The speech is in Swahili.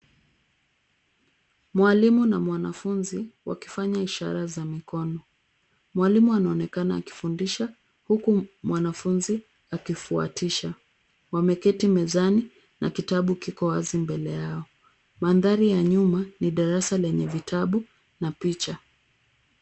Mwalimu na mwanafunzi wakifanya ishara za mkono. Mwalimu anaonekana akifundisha huku mwanafunzi akifuatisha. Wameketi mezani na kitabu kiko wazi mbele yao. Mandhari ya nyuma ni darasa lenye vitabu na picha.